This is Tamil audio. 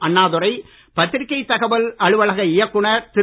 அண்ணாதுரை பத்திரிக்கை தகவல் அலுவலக இயக்குநர் திரு